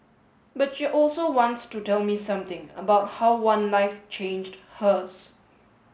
but she also wants to tell me something about how one life changed hers